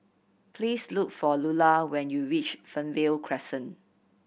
please look for Lular when you reach Fernvale Crescent